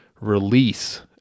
release